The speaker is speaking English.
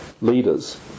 leaders